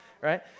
right